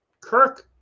Kirk